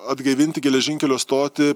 atgaivinti geležinkelio stotį